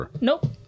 Nope